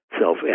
self